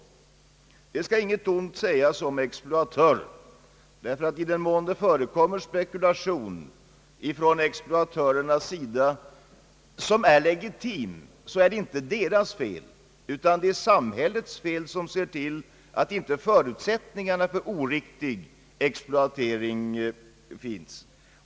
Inget ont skall sägas om exploatörerna, ty i den mån det förekommer spekulation från deras sida — vilket är legitimt — så är det inte deras fel, utan det är samhällets fel, eftersom samhället inte skapat förutsättningar för en riktig exploatering.